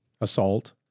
assault